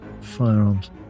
Firearms